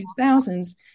2000s